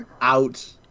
out